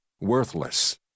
worthless